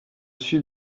suis